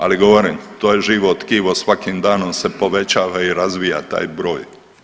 Ali govorim to je živo tkivo svakim danom se povećava i razvija taj broj.